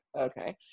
okay